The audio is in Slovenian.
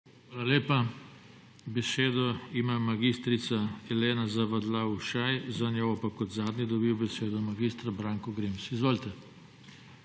Hvala lepa. Besedo ima mag. Elena Zavadlav Ušaj, za njo kot zadnji dobi besedo mag. Branko Grims. Izvolite.